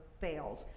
fails